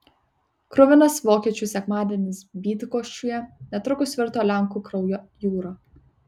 kruvinas vokiečių sekmadienis bydgoščiuje netrukus virto lenkų kraujo jūra